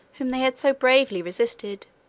whom they had so bravely resisted.